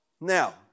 Now